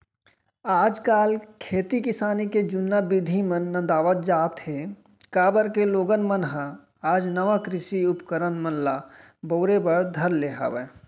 आज काल खेती किसानी के जुन्ना बिधि मन नंदावत जात हें, काबर के लोगन मन ह आज नवा कृषि उपकरन मन ल बउरे बर धर ले हवय